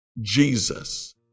Jesus